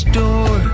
door